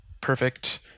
perfect